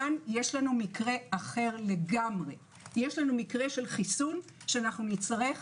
פה יש לנו מקרה אחר לגמרי מקרה של חיסון שנצטרך,